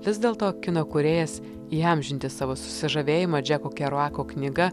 vis dėlto kino kūrėjas įamžinti savo susižavėjimą džeko keruako knyga